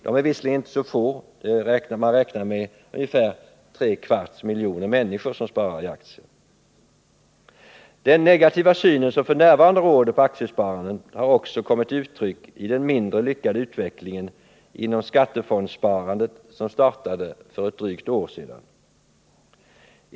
De är visserligen inte så få. Man räknar med att tre fjärdedels miljoner människor i vårt land sparar i aktier. Den negativa syn på aktiesparandet som f. n. råder har också kommit till uttryck i den mindre lyckade utvecklingen inom skattefondsparandet som startade för ett drygt år sedan.